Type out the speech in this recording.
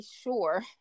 sure